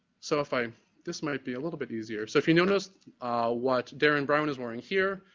so if i this might be a little bit easier. so if you noticed what darren brown is wearing here,